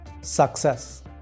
success